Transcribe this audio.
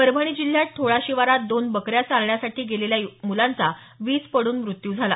परभणी जिल्ह्यात ठोळा शिवारात दोन बकऱ्या चारण्यासाठी गेलेल्या दोन मुलांचा वीज पडून मृत्यू झाला